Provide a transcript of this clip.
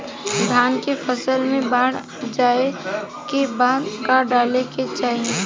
धान के फ़सल मे बाढ़ जाऐं के बाद का डाले के चाही?